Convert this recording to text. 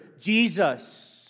Jesus